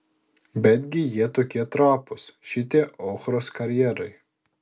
betgi jie tokie trapūs šitie ochros karjerai